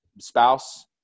Spouse